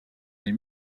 des